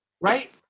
right